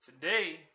Today